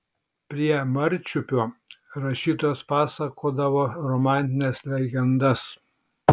prie marčiupio rašytojas pasakodavo romantines legendas